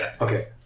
Okay